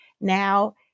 now